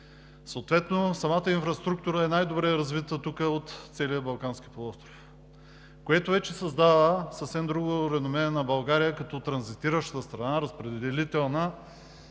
в България. Инфраструктурата тук е най добре развита от целия Балкански полуостров, което вече създава съвсем друго реноме на България като транзитираща страна, разпределителна